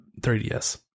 3DS